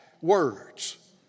words